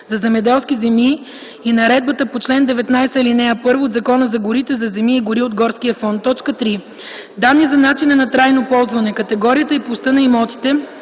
за земеделски земи и наредбата по чл. 19, ал. 1 от Закона за горите – за земи и гори от Горския фонд; 3. данни за начина на трайно ползване, категорията и площта на имотите,